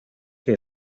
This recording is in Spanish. que